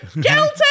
guilty